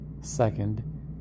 Second